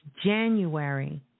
January